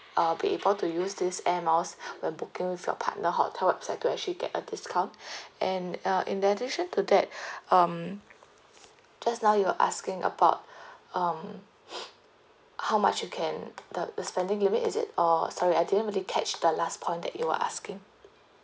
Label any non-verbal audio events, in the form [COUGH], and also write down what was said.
uh be able to use this air miles [BREATH] when booking with your partner hotel website to actually get a discount [BREATH] and uh in addition to that [BREATH] um just now you were asking about [BREATH] um [NOISE] how much you can the the spending limit is it or sorry I didn't really catch the last point that you were asking